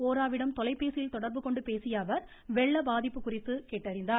ஓராவிடம் தொலைபேசியில் தொடர்புகொண்டு பேசிய அவர் வெள்ள பாதிப்பு குறித்து கேட்டறிந்தார்